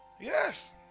Yes